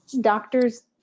doctors